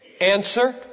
Answer